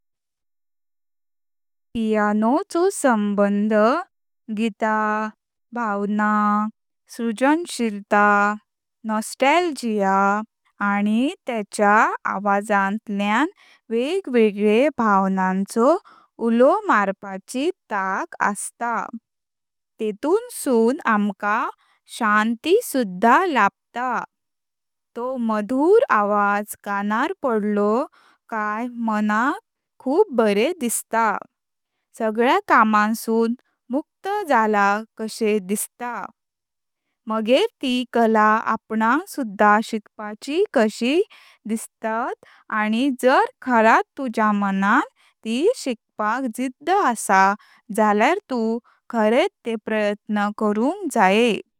पायनो चो संबंध गीत, भावना, सृजनशीलता, नॉस्टाल्जिया आनी तच्या आवाजांतल्यान वेगवेगळे भावांचो उल्हो मारपाची तआंक आसता। तेतूं सुन आमका शांती सुध्दा लाभता, तो मधुर आवाज कानार पडलो कय मनां खूप बरे दिसता। सगळ्या कामांसून मुक्त जाले कशे दिसता, मगे त कळा आपणक सुध्दा शिकपाची कशी दिसता आनी जर खरात तुज्या मनां त शिकपाक जिद्ध असा जल्यार तू खरेंत ते प्रयत्न करुंक जाय।